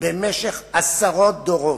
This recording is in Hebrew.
במשך עשרות דורות.